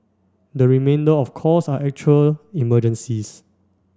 the remainder of calls are actual emergencies